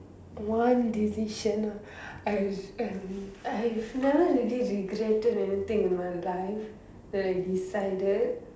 one decision ah I've I'm I've never really regretted anything in my life that I decided